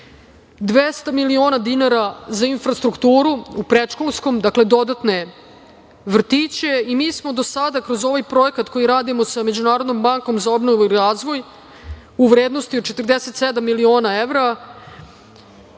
200 miliona dinara za infrastrukturu u predškolskom, dakle dodatne vrtiće. Mi smo do sada kroz ovaj projekat koji radimo sa Međunarodnom bankom za obnovu i razvoj u vrednosti od 47 miliona evra